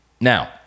Now